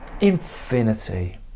infinity